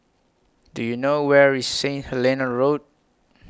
Do YOU know Where IS Saint Helena Road